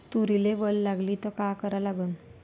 तुरीले वल लागली त का करा लागन?